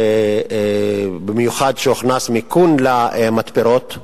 במיוחד כשהוכנס מיכון למתפרות.